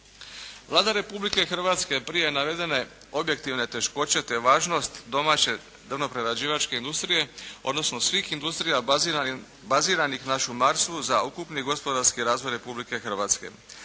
Vlada Republike Hrvatske prije navedene objektivne teškoće, te važnost domaće drvno-prerađivačke industrije, odnosno svih industrija baziranih na šumarstvu za ukupni gospodarski razvoj Republike Hrvatske.